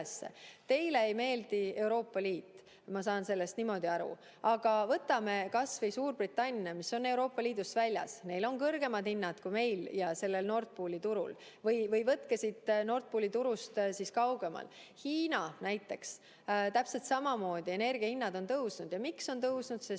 Teile ei meeldi Euroopa Liit, ma saan sellest niimoodi aru, aga võtame kas või Suurbritannia, mis on Euroopa Liidust väljas. Neil on kõrgemad hinnad kui meil ja Nord Pooli turul. Või võtke siit Nord Pooli turust kaugemal, Hiina näiteks – täpselt samamoodi energia hinnad on tõusnud. Ja miks on tõusnud? Sest